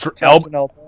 Elbow